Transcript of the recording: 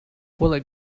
what